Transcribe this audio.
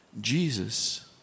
Jesus